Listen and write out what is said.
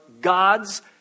God's